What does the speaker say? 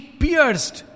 pierced